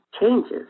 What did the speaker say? changes